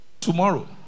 tomorrow